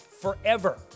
forever